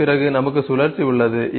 அதன் பிறகு நமக்கு சுழற்சி உள்ளது